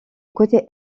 côté